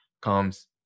comes